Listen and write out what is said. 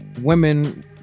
women